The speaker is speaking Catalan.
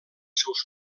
seus